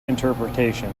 interpretation